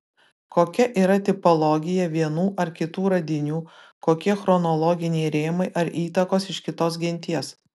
kokia yra tipologija vienų ar kitų radinių kokie chronologiniai rėmai ar įtakos iš kitos genties